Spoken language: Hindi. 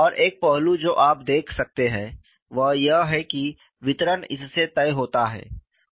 और एक पहलू जो आप देख सकते हैं वह यह है कि वितरण इससे तय होता है